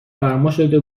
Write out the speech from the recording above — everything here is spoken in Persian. فرماشده